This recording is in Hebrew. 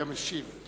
אני המשיב.